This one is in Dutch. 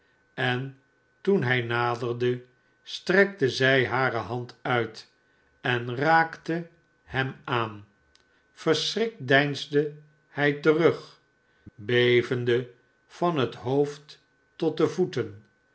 en toen hij naderde strekte zij hare hand uit en raakte hem aan verschrikt deinsde hij terug bevende van het hoofd tot devoeten